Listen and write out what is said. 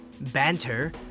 banter